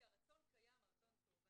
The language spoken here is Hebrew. כי הרצון קיים והרצון הוא טוב.